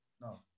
No